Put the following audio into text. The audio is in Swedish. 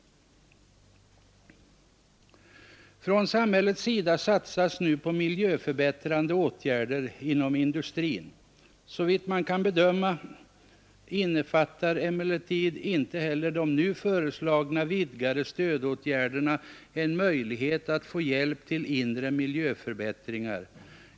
Från samhällets sida satsas nu på miljöförbättrande åtgärder inom tera de synpunkter som framförts av den senaste talaren. Jag hade först industrin. Såvitt man kan bedöma innefattar emellertid inte heller de nu föreslagna, vidgade stödåtgärderna en möjlighet att få hjälp till inre miljöförbättringar.